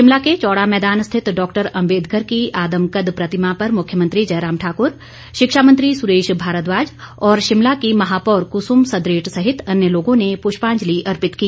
शिमला के चौड़ा मैदान स्थित डॉक्टर अम्बेदकर की आदमकद प्रतिमा पर मुख्यमंत्री जयराम ठाकुर शिक्षा मंत्री सुरेश भारद्वाज और शिमला की महापौर कुसुम सदरेट सहित अन्य लोगों ने पृष्पांजलि अर्पित की